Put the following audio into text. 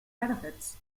benefits